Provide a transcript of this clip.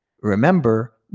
Remember